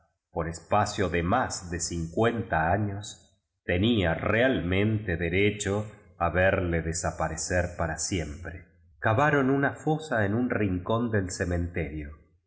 por espacio de más de cincuenta años tenía real mente derecho a verle desaparecer para siempre cavaron una profunda fosa en un rincón del cementerio